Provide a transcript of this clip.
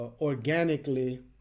organically